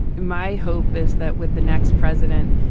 my hope is that with the next president,